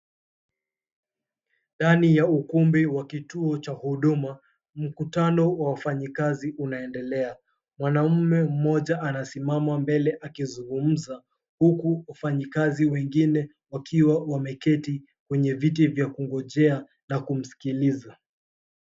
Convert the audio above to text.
Ndani ya ukumbi wa kituo cha huduma, mkutano wa wafanyikazi unaendelea. Mwanamme mmoja anasimama mbele akizungumza, huku wafanyikazi wengine wakiwa wameketi kwenye viti vya kungojea na kumskiliza.